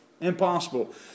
Impossible